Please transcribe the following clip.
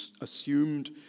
assumed